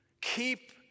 Keep